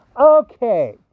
Okay